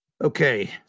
Okay